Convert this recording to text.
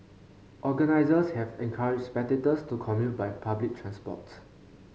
organisers have encouraged spectators to commute by public transport